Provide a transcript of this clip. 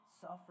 suffer